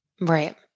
Right